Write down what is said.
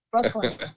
Brooklyn